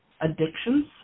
addictions